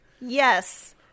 Yes